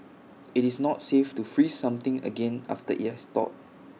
IT is not safe to freeze something again after IT has thawed